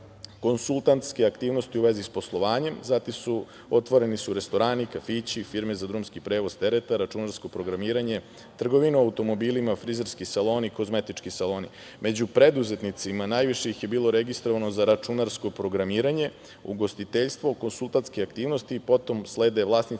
konsultantske aktivnosti u vezi s poslovanjem, zatim su otvoreni restorani, kafići, firme za drumski prevoz tereta, računarsko programiranje, trgovinu automobilima, frizerski saloni i kozmetički saloni. Među preduzetnicima najviše ih je bilo registrovano za računarsko programiranje, ugostiteljstvo, konsultantske aktivnosti, potom slede vlasnici